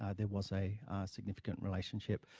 ah there was a significant relationship